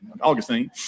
Augustine